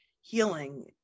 healing